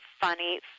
funny